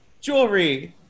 jewelry